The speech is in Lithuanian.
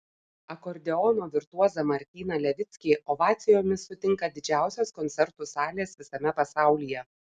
akordeono virtuozą martyną levickį ovacijomis sutinka didžiausios koncertų salės visame pasaulyje